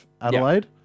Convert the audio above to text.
Adelaide